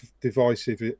divisive